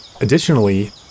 Additionally